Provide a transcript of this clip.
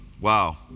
Wow